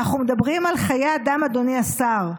אנחנו מדברים על חיי אדם, אדוני השר,